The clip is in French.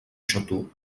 château